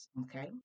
okay